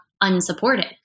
unsupported